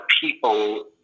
people